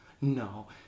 no